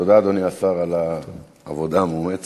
אני מודה